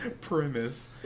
premise